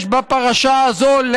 בפרשה הזאת,